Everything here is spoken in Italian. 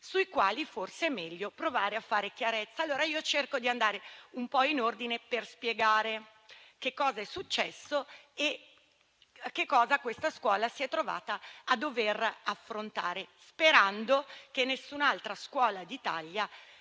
sui quali forse è meglio provare a fare chiarezza. Cerco di andare per ordine e spiegare cosa è successo e cosa questa scuola si è trovata a dover affrontare, sperando che nessun'altra scuola d'Italia